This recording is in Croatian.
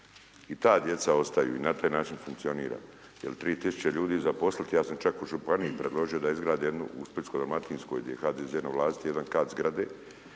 I ta djeca ostaju i na taj način funkcionira jer 3 tisuće ljudi zaposliti, ja sam čak u županiji predložio da izgrade jednu u Splitsko-dalmatinskoj gdje je HDZ na vlasti jedan kat zgrade,